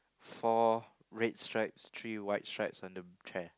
four red stripes three white stripes on the chair